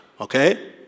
Okay